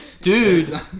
dude